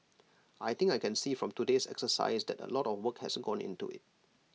I think I can see from today's exercise that A lot of work has gone into IT